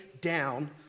down